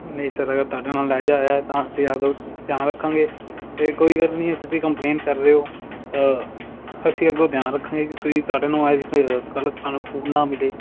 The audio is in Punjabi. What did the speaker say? ਨਹੀਂ ਸਰ ਅਗਰ ਤੁਹਾਡੇ ਨਾਲ ਇਹੋ ਜਿਹਾ ਹੋਇਆ ਤਾਂ ਅਸੀਂ ਆਪਦਾ ਧਿਆਨ ਰੱਖਾਂਗੇ ਅਤੇ ਕੋਈ ਗੱਲ ਨਹੀਂ ਹੈ ਤੁਸੀਂ ਕੰਪਲੇਂਟ ਕਰ ਰਹੇ ਹੋ ਅਸੀਂ ਅੱਗੋਂ ਧਿਆਨ ਰੱਖਾਂਗੇ ਤੁਹਾਡੇ ਨੂੰ ਫਿਰ ਗਲਤ ਤੁਹਾਨੂੰ ਫੂਡ ਨਾ ਮਿਲੇ